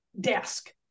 desk